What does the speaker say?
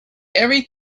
every